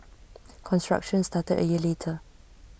construction started A year later